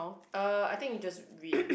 uh I think you just read